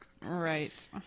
Right